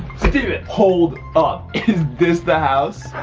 stephen. hold up. is this the house?